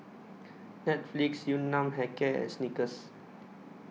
Netflix Yun Nam Hair Care and Snickers